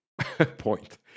point